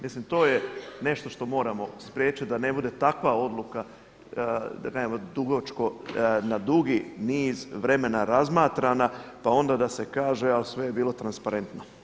Mislim to je nešto što moramo spriječiti da ne bude takva odluka, da nemamo dugačko, na dugi niz vremena razmatrana pa onda da se kaže ali sve je bilo transparentno.